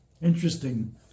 interesting